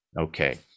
okay